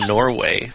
Norway